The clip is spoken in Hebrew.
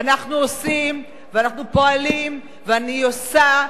אנחנו עושים ואנחנו פועלים, ואני עושה.